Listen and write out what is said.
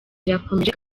irakomeje